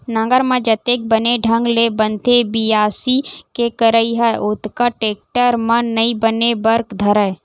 नांगर म जतेक बने ढंग ले बनथे बियासी के करई ह ओतका टेक्टर म नइ बने बर धरय